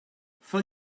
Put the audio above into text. fill